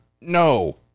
No